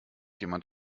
jemand